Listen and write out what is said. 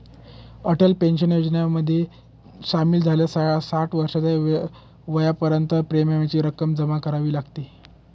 Atal pension योजनेमध्ये सामील झाल्यास साठ वर्षाच्या वयापर्यंत प्रीमियमची रक्कम जमा करावी लागते